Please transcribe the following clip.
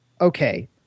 Okay